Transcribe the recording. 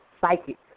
psychic